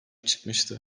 çıkmıştı